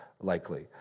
likely